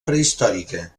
prehistòrica